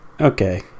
okay